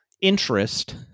interest